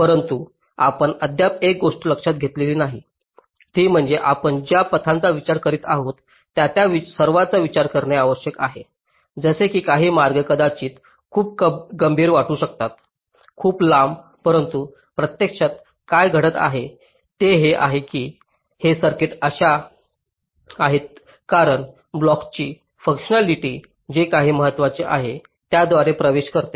परंतु आपण अद्याप एक गोष्ट लक्षात घेतली नाही ती म्हणजे आपण ज्या पथांचा विचार करीत आहोत त्या त्या सर्वांचा विचार करणे आवश्यक आहे जसे की काही मार्ग कदाचित खूप गंभीर वाटू शकतात खूप लांब परंतु प्रत्यक्षात काय घडत आहे ते हे आहे की हे सर्किट अशा आहेत कारण ब्लॉक्सची फुंकशनॅलिटी जे काही महत्वाचे आहे त्याद्वारे प्रवेश करते